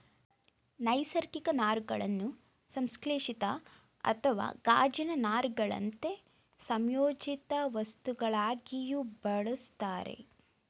ನೈಸರ್ಗಿಕ ನಾರುಗಳನ್ನು ಸಂಶ್ಲೇಷಿತ ಅಥವಾ ಗಾಜಿನ ನಾರುಗಳಂತೆ ಸಂಯೋಜಿತವಸ್ತುಗಳಲ್ಲಿಯೂ ಬಳುಸ್ತರೆ